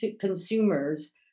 consumers